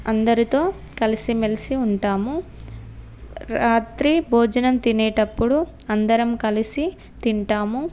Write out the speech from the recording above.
అందరితో కలిసి మెలిసి ఉంటాము రాత్రి భోజనం తినేటప్పుడు అందరం కలిసి తింటాము